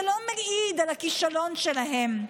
זה לא מעיד על הכישלון שלהם,